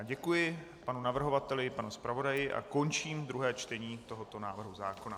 Děkuji panu navrhovateli i panu zpravodaji a končím druhé čtení tohoto návrhu zákona.